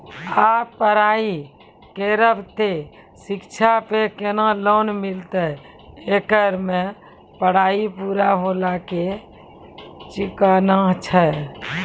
आप पराई करेव ते शिक्षा पे केना लोन मिलते येकर मे पराई पुरा होला के चुकाना छै?